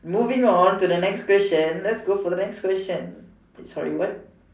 moving on to the next question let's go for the next question eh sorry what